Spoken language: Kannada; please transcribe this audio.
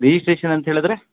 ರಿಜಿಸ್ಟ್ರೇಷನ್ ಅಂತ ಹೇಳಿದ್ರೆ